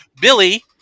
billy